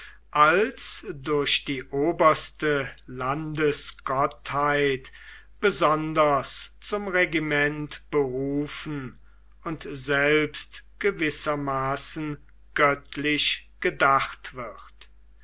als durch die oberste landesgottheit besonders zum regiment berufen und selbst gewissermaßen göttlich gedacht wird